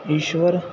ਈਸ਼ਵਰ